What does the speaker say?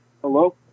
Hello